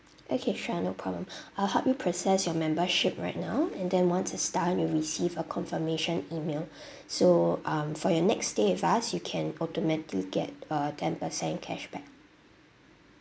okay sure no problem I'll help you process your membership right now and then once it's done you'll receive a confirmation email so um for your next stay with us you can automatically get a ten percent cashback